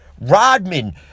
Rodman